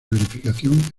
verificación